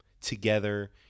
together